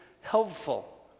helpful